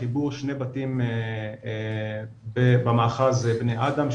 לחיבור שני בתים במאחז בני אדם,